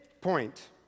point